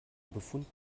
befund